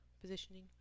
positioning